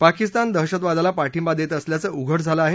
पाकिस्तान दहशतवादाला पाठिंबा देत असल्याचं उघड झालं आहे